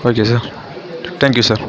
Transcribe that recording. okay sir thank you sir